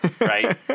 right